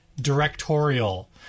directorial